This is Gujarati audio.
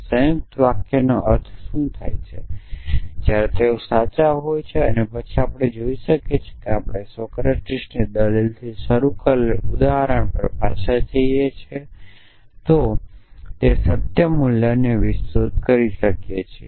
સંયુક્ત વાક્યોનો અર્થ શું થાય છે જ્યારે તેઓ સાચા હોય અને પછી આપણે જાણી શકીએ કે જો આપણે સોક્રેટીસની દલીલથી શરૂ કરેલા ઉદાહરણ પર પાછા જઈએ તો આવશ્યકપણે તે સત્ય મૂલ્યને વિસ્તૃત કરી શકીએ